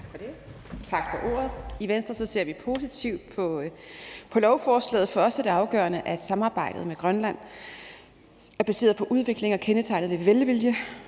Tak for ordet. I Venstre ser vi positivt på forslaget. For os er det afgørende, at samarbejdet med Grønland er baseret på udvikling og er kendetegnet ved velvilje